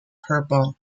purple